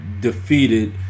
defeated